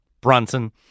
Brunson